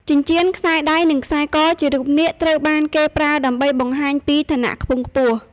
ចិញ្ចៀន ខ្សែដៃ និងខ្សែ ក ជារូបនាគត្រូវបានគេប្រើដើម្បីបង្ហាញពីឋានៈខ្ពង់ខ្ពស់។